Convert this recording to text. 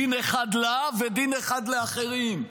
דין אחד לה ודין אחד לאחרים,